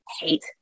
hate